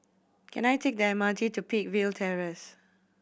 can I take the M R T to Peakville Terrace